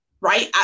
right